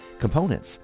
Components